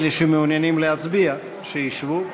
אלה שמעוניינים להצביע, שישבו.